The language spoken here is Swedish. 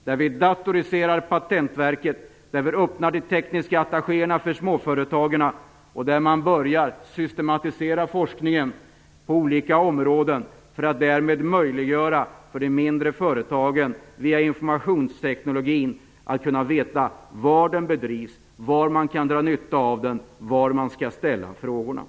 Vi måste datorisera Patentverket, göra de tekniska attachéerna öppna för småföretagen och börja systematisera forskningen på olika områden för att därmed möjliggöra för de mindre företagen via informationsteknologin att veta var forskning bedrivs, var man kan dra nytta av den och var man skall ställa frågorna.